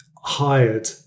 hired